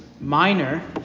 minor